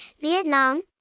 Vietnam